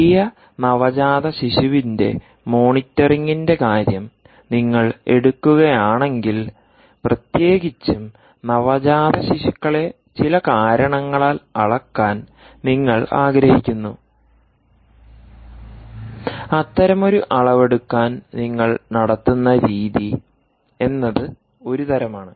പുതിയ നവജാത ശിശുവിന്റെ മോണിറ്ററിംഗിന്റെ കാര്യം നിങ്ങൾ എടുക്കുകയാണെങ്കിൽ പ്രത്യേകിച്ചും നവജാത ശിശുക്കളെ ചില കാരണങ്ങളാൽ അളക്കാൻ നിങ്ങൾ ആഗ്രഹിക്കുന്നു അത്തരമൊരു അളവെടുക്കാൻ നിങ്ങൾ നടത്തുന്ന രീതി എന്നത് ഒരു തരമാണ്